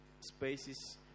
spaces